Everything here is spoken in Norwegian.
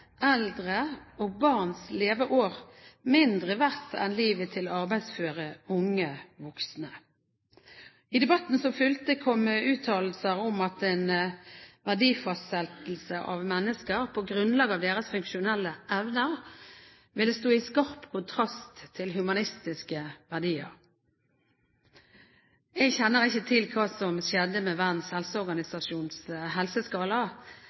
eldre og barns leveår mindre verdt enn livet til arbeidsføre unge voksne. I debatten som fulgte, kom uttalelser om at en verdifastsettelse av mennesker på grunnlag av deres funksjonelle evner ville stå i skarp kontrast til humanistiske verdier. Jeg kjenner ikke til hva som skjedde med Verdens helseorganisasjons helseskala,